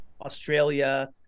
Australia